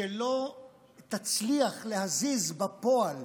שלא תצליח להזיז בפועל